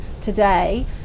today